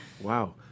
wow